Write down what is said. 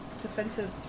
Defensive